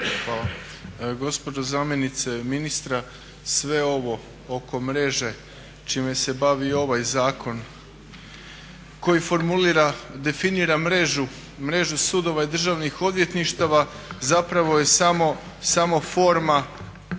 Hvala. Gospođo zamjenice ministra, sve ovo oko mreže čime se bavi ovaj zakon koji formulira, definira mrežu sudova i državnih odvjetništava zapravo je samo forma